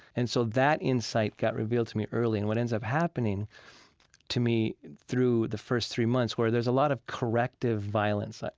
and so that insight got revealed to me early, and what ends up happening to me through the first three months where there's a lot of corrective violence,